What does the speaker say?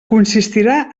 consistirà